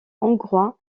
hongrois